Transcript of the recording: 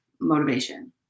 motivation